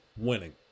winning